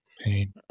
pain